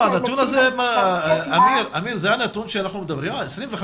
זה הנתון שאנחנו מדברים עליו,